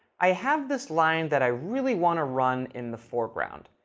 i have this line that i really want to run in the foreground.